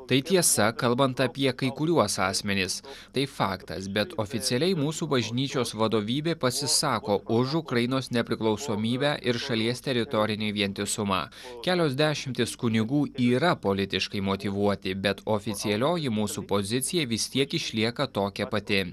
tai tiesa kalbant apie kai kuriuos asmenis tai faktas bet oficialiai mūsų bažnyčios vadovybė pasisako už ukrainos nepriklausomybę ir šalies teritorinį vientisumą kelios dešimtys kunigų yra politiškai motyvuoti bet oficialioji mūsų pozicija vis tiek išlieka tokia pati